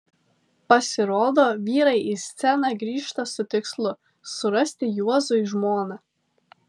pasirodo vyrai į sceną grįžta su tikslu surasti juozui žmoną